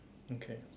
okay